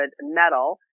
metal